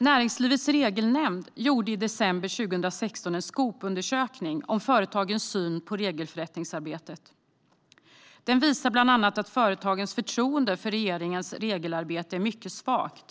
Näringslivets regelnämnd gjorde i december 2016 en Skopundersökning om företagens syn på regelförbättringsarbetet. Den visar bland annat att företagens förtroende för regeringens regelarbete är mycket svagt.